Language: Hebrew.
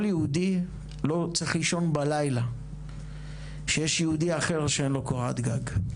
כל יהודי לא צריך לישון בלילה כשיש יהודי אחר שאין לו קורת גג.